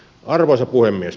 arvoisa puhemies